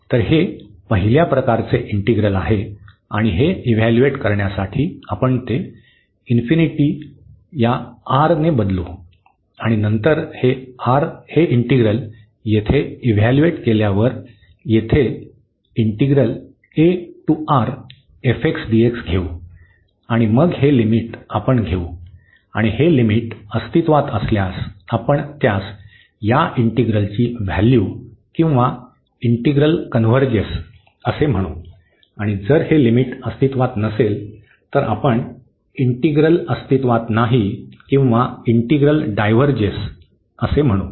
तर हे पहिल्या प्रकाराचे इंटिग्रल आहे आणि हे इव्हॅलयूट करण्यासाठी आपण ते या ने बदलू आणि नंतर हे इंटिग्रल येथे इव्हॅलयूट केल्यावर येथे घेऊ आणि मग हे लिमिट आपण घेऊ आणि हे लिमिट अस्तित्वात असल्यास आपण त्यास या इंटिग्रलची व्हॅल्यू किंवा इंटिग्रल कन्व्हर्जेस असे म्हणू आणि जर हे लिमिट अस्तित्वात नसेल तर आपण इंटिग्रल अस्तित्वात नाही किंवा इंटिग्रल डायव्हर्जेस असे म्हणू